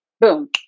Boom